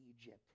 Egypt